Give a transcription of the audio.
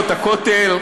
הכותל.